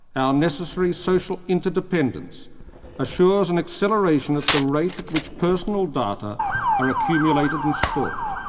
our necessary social interdependence assures an acceleration at the rate at which personal data are accumulated and stored.